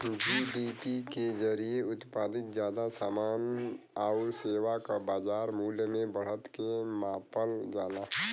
GDP के जरिये उत्पादित जादा समान आउर सेवा क बाजार मूल्य में बढ़त के मापल जाला